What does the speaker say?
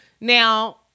Now